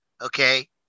Okay